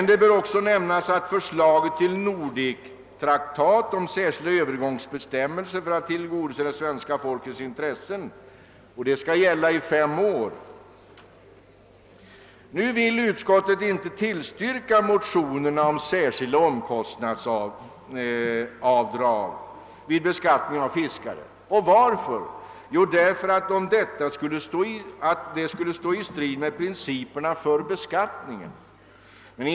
Det bör också nämnas att förslaget till Nordektraktat upptar särskilda övergångsbestämmelser för att tillgodose det svenska fiskets intressen, att gälla i fem år. Utskottet vill inte tillstyrka motionerna om särskilda omkostnadsavdrag vid beskattning av fiskare. Och varför? Jo, därför att detta skulle stå i strid mot principerna för beskattningen.